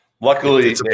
Luckily